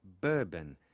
bourbon